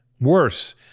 worse